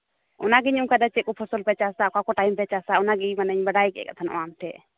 ᱚᱱᱟᱜᱮᱧ ᱚᱱᱠᱟᱭᱮᱫᱟ ᱪᱮᱫ ᱠᱚ ᱯᱷᱚᱥᱚᱞ ᱯᱮ ᱪᱟᱥᱮᱫᱟ ᱚᱠᱟ ᱠᱚ ᱴᱟᱭᱤᱢ ᱯᱮ ᱪᱟᱥᱟ ᱚᱱᱟ ᱜᱮ ᱢᱟᱱᱮᱧ ᱵᱟᱰᱟᱭ ᱠᱮᱫ ᱠᱟᱛᱷᱟ ᱟᱢ ᱴᱷᱮᱱ